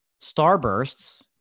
Starbursts